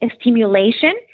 stimulation